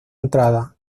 entrada